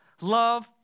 love